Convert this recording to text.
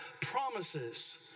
promises